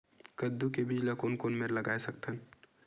कददू के बीज ला कोन कोन मेर लगय सकथन?